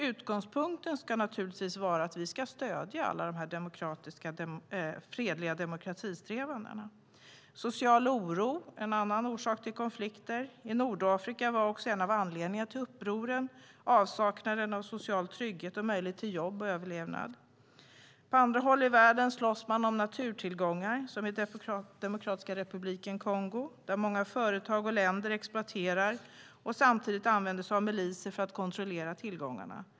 Utgångspunkten ska naturligtvis vara att vi ska stödja fredliga demokratisträvanden. Social oro är en annan orsak till konflikter. I Nordafrika var också en av anledningarna till upproren avsaknad av social trygghet och möjlighet till jobb och överlevnad. På andra håll i världen slåss man om naturtillgångar, till exempel i Demokratiska republiken Kongo, där många företag och länder exploaterar och samtidigt använder sig av miliser för att kontrollera tillgångarna.